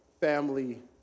family